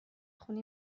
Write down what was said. خونه